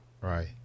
Right